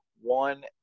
one